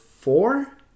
four